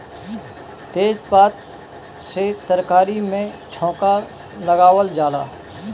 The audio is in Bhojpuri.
तेजपात से तरकारी में छौंका लगावल जाला